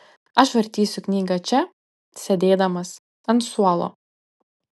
aš vartysiu knygą čia sėdėdamas ant suolo